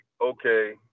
okay